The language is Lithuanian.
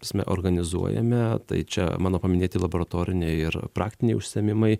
ta prasme organizuojame tai čia mano paminėti laboratoriniai ir praktiniai užsiėmimai